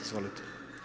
Izvolite.